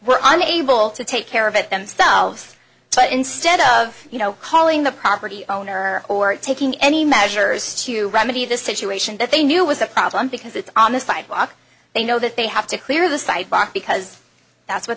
were unable to take care of it themselves but instead of you know calling the property owner or taking any measures to remedy the situation that they knew was a problem because it's on the sidewalk they know that they have to clear the sidewalk because that's what